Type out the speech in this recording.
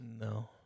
No